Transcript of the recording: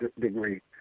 degree